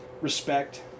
respect